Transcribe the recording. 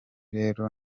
rero